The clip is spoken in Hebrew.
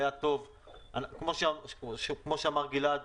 כמו שאמר גלעד,